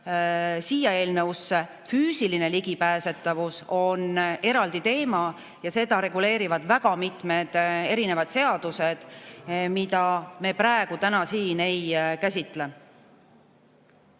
siia eelnõusse. Füüsiline ligipääsetavus on eraldi teema ja seda reguleerivad väga mitmed seadused, mida me täna siin ei käsitle.